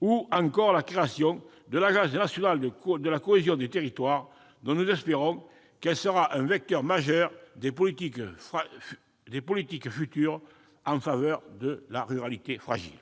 ou encore la création de l'Agence nationale de la cohésion des territoires, dont nous espérons qu'elle sera un vecteur majeur des politiques futures en faveur de la ruralité fragile.